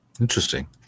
Interesting